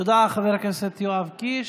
תודה, חבר הכנסת יואב קיש.